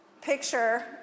picture